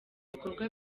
ibikorwa